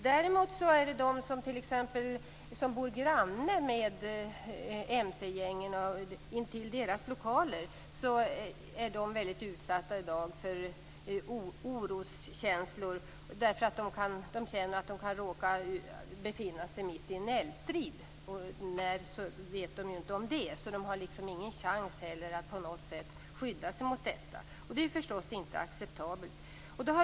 De som bor granne med mc-gängens lokaler är utsatta för oroskänslor. De känner att de kan befinna sig mitt i en eldstrid. De har ingen chans att skydda sig mot detta. Det är förstås inte acceptabelt.